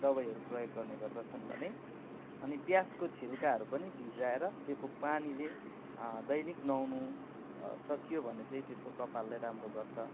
दबाईहरू प्रयोग गर्ने गर्दछन् भने अनि प्याजको छिल्काहरू पनि भिजाएर त्यसको पानीले दैनिक नुहाउनु सकियो भने चाहिँ त्यसको कपाललाई राम्रो गर्छ